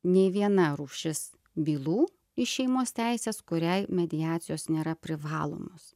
nei viena rūšis bylų iš šeimos teisės kuriai mediacijos nėra privalomos